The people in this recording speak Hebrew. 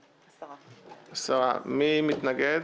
בעד, מי נגד,